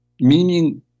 meaning